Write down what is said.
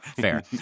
fair